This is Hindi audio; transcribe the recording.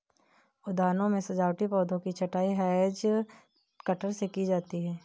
उद्यानों में सजावटी पौधों की छँटाई हैज कटर से की जाती है